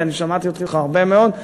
כי אני שמעתי אותך הרבה מאוד,